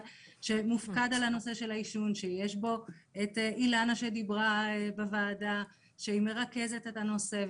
שמופקד על הנושא של העישון ויש בו את אילנה שמרכזת את הנושא.